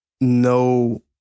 no